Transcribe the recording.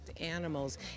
animals